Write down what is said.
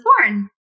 born